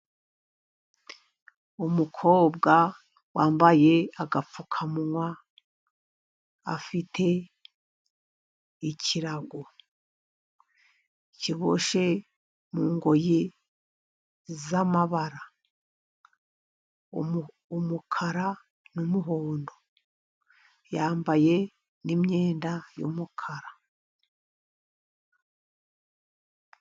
Umukobwa wambaye agapfukamuwa afite ikirago kiboshye mungoyi y'amabara y'umukara n'umuhondo, yambaye n'imyenda y'umukara.